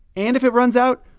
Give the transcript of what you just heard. and if it runs out,